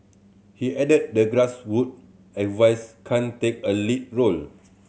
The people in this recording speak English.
he added the grassroot advise can take a lead role